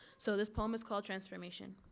so this poem is called transformation.